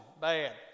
bad